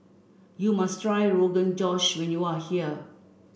you must try Rogan Josh when you are here